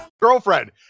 Girlfriend